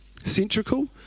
Centrical